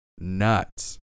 Nuts